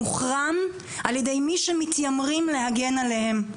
מוחרם על ידי מי שמתיימרים להגן עליהם.